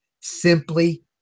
simply